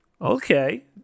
Okay